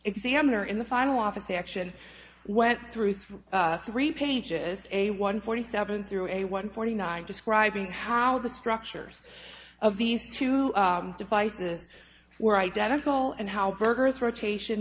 examiner in the final office action went through three three pages a one forty seven through a one forty nine describing how the structures of these two devices were identical and how burgers rotation